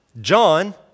John